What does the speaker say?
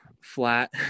flat